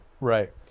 Right